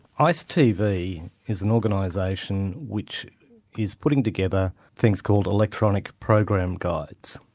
ice tv is an organisation which is putting together things called electronic program guides.